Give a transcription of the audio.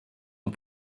ont